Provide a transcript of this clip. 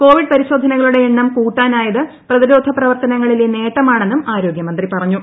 Covid പരിശോധനകളുടെ എണ്ണം കൂട്ടാനായത് പ്രതിരോധപ്രവർത്തനങ്ങളിലെ നേട്ടമാണെന്നും ആരോഗ്യമന്ത്രി പറഞ്ഞു